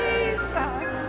Jesus